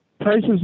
Prices